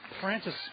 Francis